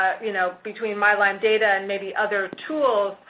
you know, between mylymedata and maybe other tools,